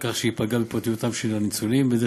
על כך שהיא פגעה בפרטיותם של הניצולים בדרך